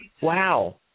Wow